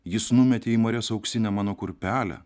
jis numetė į marias auksinę mano kurpelę